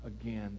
again